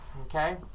okay